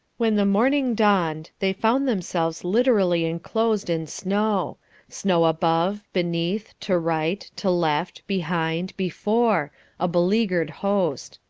when the morning dawned they found themselves literally enclosed in snow snow above, beneath, to right, to left, behind, before a beleaguered host.